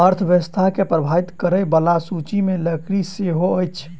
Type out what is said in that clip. अर्थव्यवस्था के प्रभावित करय बला सूचि मे लकड़ी सेहो अछि